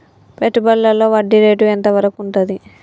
పెట్టుబడులలో వడ్డీ రేటు ఎంత వరకు ఉంటది?